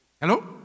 Hello